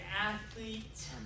athlete